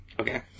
Okay